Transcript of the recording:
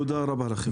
תודה רבה לכם.